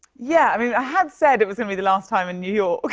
yeah. i mean, i had said it was gonna be the last time in new york.